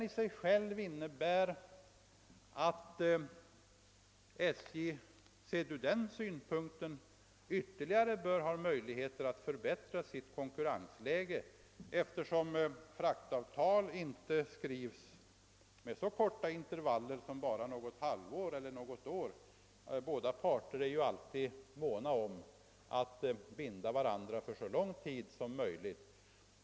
I sig själv innebär detta att SJ i det här avseendet bör ha ytterligare möjligheter att förbättra sitt konkurrensläge, eftersom fraktavtal inte skrivs med så korta intervaller som ett halvår eller något år. Båda parter är alltid måna om att binda varandra för så lång tid som möjligt.